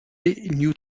new